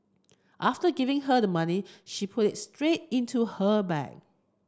after giving her the money she put it straight into her bag